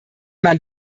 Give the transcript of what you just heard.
man